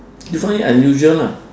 you find it unusual lah